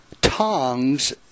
tongs